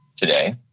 today